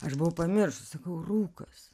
aš buvau pamiršus rūkas